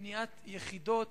בניית יחידות